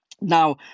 now